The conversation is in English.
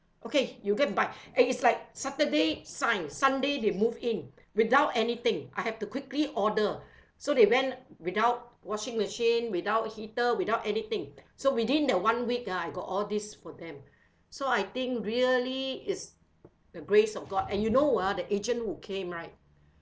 okay you go and buy and it's like saturday signed sunday they move in without anything I have to quickly order so they went without washing machine without heater without anything so within the one week ah I got all these for them so I think really is the grace of god and you know ah the agent who came right